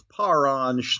Paran